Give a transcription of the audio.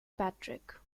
patrick